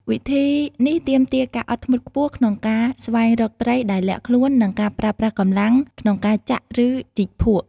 វិធីនេះទាមទារការអត់ធ្មត់ខ្ពស់ ក្នុងការស្វែងរកត្រីដែលលាក់ខ្លួន និងការប្រើប្រាស់កម្លាំង ក្នុងការចាក់ ឬជីកភក់។